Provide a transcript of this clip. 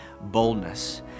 boldness